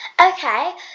Okay